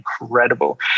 incredible